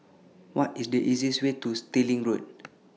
What IS The easiest Way to Stirling Road